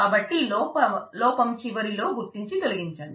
కాబట్టి లోపం చివరిలో గుర్తించి తొలగించండి